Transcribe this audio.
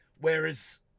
Whereas